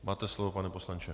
Máte slovo, pane poslanče.